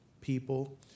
people